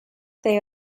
they